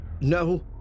No